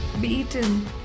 beaten